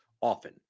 often